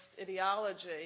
ideology